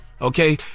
Okay